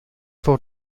for